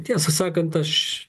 tiesą sakant aš